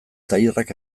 tailerrak